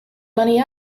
money